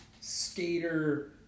skater